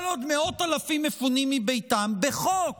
כל עוד מאות אלפים מפונים מביתם, בחוק